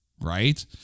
right